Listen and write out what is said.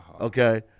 Okay